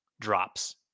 drops